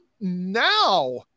now